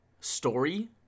story